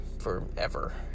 forever